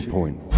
Point